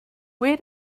where